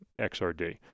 XRD